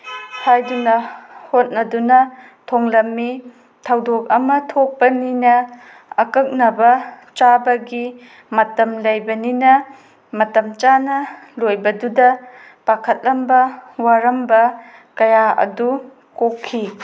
ꯍꯥꯏꯗꯨꯅ ꯍꯣꯠꯅꯗꯨꯅ ꯊꯣꯡꯂꯝꯃꯤ ꯊꯧꯗꯣꯛ ꯑꯃ ꯊꯣꯛꯄꯅꯤꯅ ꯑꯀꯛꯅꯕ ꯆꯥꯕꯒꯤ ꯃꯇꯝ ꯂꯩꯕꯅꯤꯅ ꯃꯇꯝ ꯆꯥꯅ ꯂꯣꯏꯕꯗꯨꯗ ꯄꯥꯈꯠꯂꯝꯕ ꯋꯥꯔꯝꯕ ꯀꯌꯥ ꯑꯗꯨ ꯀꯣꯛꯈꯤ